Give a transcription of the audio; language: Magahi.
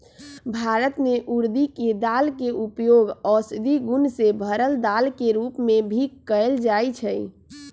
भारत में उर्दी के दाल के उपयोग औषधि गुण से भरल दाल के रूप में भी कएल जाई छई